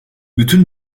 bütün